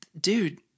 Dude